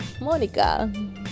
Monica